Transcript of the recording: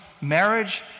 marriage